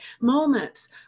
moments